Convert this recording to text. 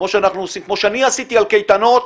כמו שאני עשיתי על קייטנות,